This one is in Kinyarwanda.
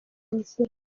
inzira